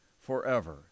forever